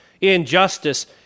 injustice